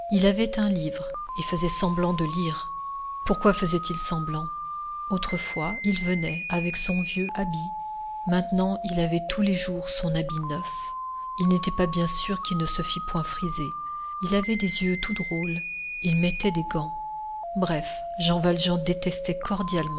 il avait un livre et faisait semblant de lire pourquoi faisait-il semblant autrefois il venait avec son vieux habit maintenant il avait tous les jours son habit neuf il n'était pas bien sûr qu'il ne se fît point friser il avait des yeux tout drôles il mettait des gants bref jean valjean détestait